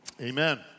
amen